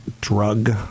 drug